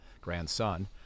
grandson